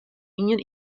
ien